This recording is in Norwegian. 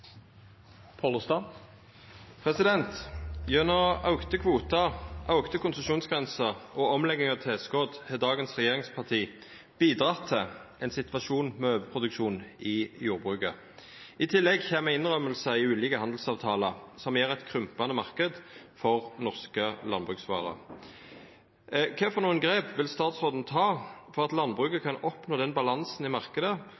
omlegging av tilskudd har dagens regjeringspartier bidratt til en situasjon med overproduksjon i jordbruket. I tillegg kommer innrømmelser i ulike handelsavtaler som gir et krympende marked for norske landbruksvarer. Hvilke grep vil statsråden ta for at landbruket kan oppnå den balansen i markedet